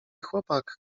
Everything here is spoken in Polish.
chłopak